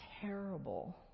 terrible